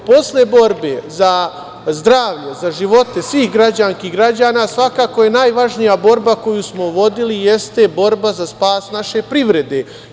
Posle borbe za zdravlje, za živote svih građanki i građana, svakako najvažnija borba koju smo vodili jeste borba za spas naše privrede.